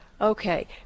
Okay